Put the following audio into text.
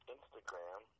Instagram